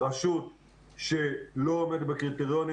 רשות שלא עומדת בקריטריונים,